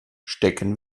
stecken